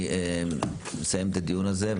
אני מסיים את הדיון הזה.